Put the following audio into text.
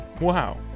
Wow